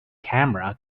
camera